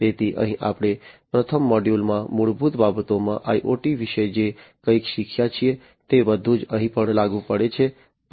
તેથી અહીં આપણે પ્રથમ મોડ્યુલમાં મૂળભૂત બાબતોમાં IoT વિશે જે કંઈ શીખ્યા છીએ તે બધું અહીં પણ લાગુ પડે છે